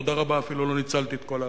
תודה רבה, אפילו לא ניצלתי את כל הדקות.